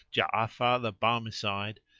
ja'afar the barmecide,